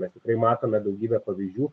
mes tikrai matome daugybę pavyzdžių